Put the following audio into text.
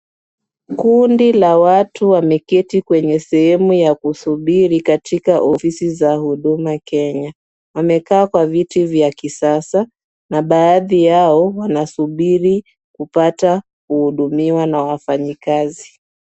Kundi la watu wameketi kwenye sehemu ya kusubiri katika ofisi za Huduma Kenya. Wamekaa kwa viti vya kisasa na baadhi yao wanasubiri kupata kuhudumiwa na wafanyikazi.